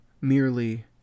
Merely